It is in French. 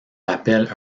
rappelle